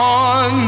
on